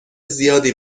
زیادی